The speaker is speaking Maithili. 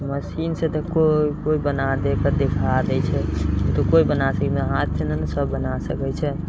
मशीनसँ तऽ कोइ कोइ बना दऽ कऽ देखा दै छै ओ तऽ कोइ बना सकै छै मगर हाथसँ नहि ने सब बना सकै छै